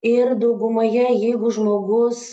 ir daugumoje jeigu žmogus